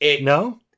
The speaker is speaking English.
No